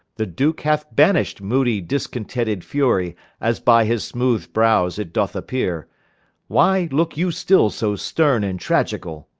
the duke hath banisht moodie discontented fury, as by his smoothed browes it doth appeare why looke you still so sterne, and tragicall?